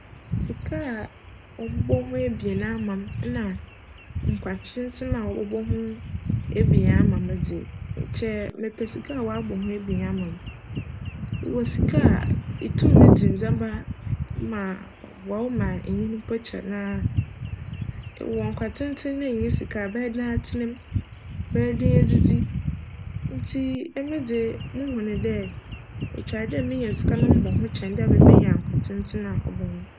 Sika a wcbcbc ho ebien ama me nna nkwa tsentsen a wcbcbc ho ebien ama me dze, nkyj mepj sika a wcabc ho ebien ama me. Ewc sika a itum dzi ndzjmba ma cboa wo mpo ma inyin kyjr na ewc nkwa tsentsen na nnyi sika a, ebjyj djn atsena, ebjyj djn edzidzi. Ntsi emi dze muhun dj otwar dj menya sika na mobc ho kyjn dj mebenya nkwa tsentsen a cbc ho.